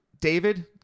David